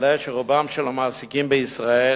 מעלים שרובם של המעסיקים בישראל